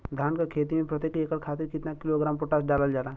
धान क खेती में प्रत्येक एकड़ खातिर कितना किलोग्राम पोटाश डालल जाला?